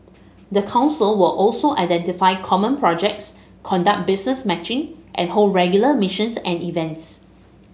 the council will also identify common projects conduct business matching and hold regular missions and events